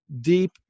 deep